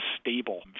stable